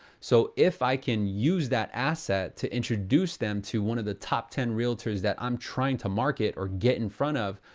so if i can use that asset to introduce them to one of the top ten realtors that i'm trying to market or get in front of,